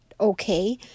okay